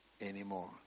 anymore